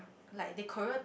like they choreo